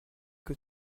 que